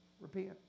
Repent